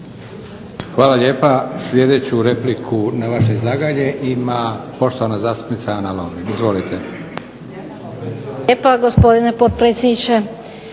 Hvala lijepa. Sljedeću repliku na vaše izlaganje ima poštovana zastupnica Ana Lovrin. **Lovrin, Ana (HDZ)** Hvala lijepa gospodine potpredsjedniče.